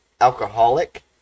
alcoholic